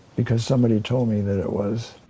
because somebody told me that it was.